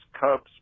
Cubs